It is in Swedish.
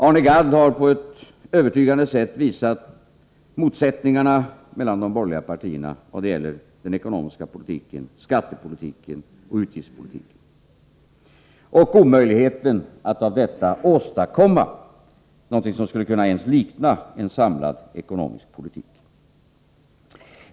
Arne Gadd har på ett övertygande sätt visat på motsättningarna mellan de borgerliga partierna i vad det gäller den ekonomiska politiken, skattepolitiken och utgiftspolitiken samt på att det är omöjligt att av detta åstadkomma någonting som åtminstone skulle kunna likna en samlad ekonomisk politik.